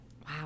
Wow